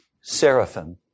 seraphim